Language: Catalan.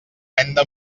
venda